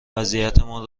وضعیتمان